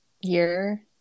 year